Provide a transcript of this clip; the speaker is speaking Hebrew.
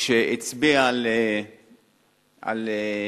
שהצביע על ירידה